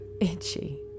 itchy